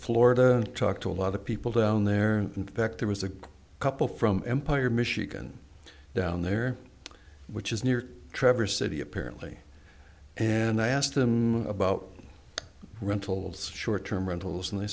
florida talked to a lot of people down there in fact there was a couple from empire michigan down there which is near traverse city apparently and i asked them about rentals short term rentals and they